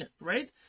right